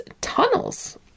tunnels